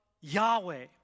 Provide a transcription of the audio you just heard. Yahweh